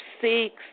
six